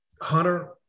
Hunter